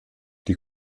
die